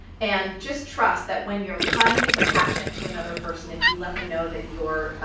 and just trust that when you're kind and compassionate to another person, if you let them know that you're.